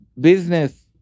business